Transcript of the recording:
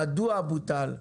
מדוע בוטל,